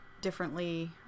differently